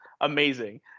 amazing